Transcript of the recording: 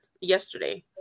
yesterday